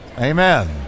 Amen